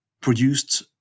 produced